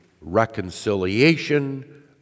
reconciliation